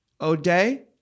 O'Day